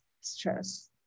stress